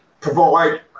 provide